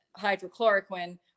hydrochloroquine